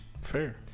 Fair